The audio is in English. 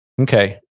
Okay